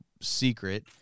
secret